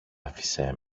άφησε